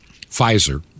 Pfizer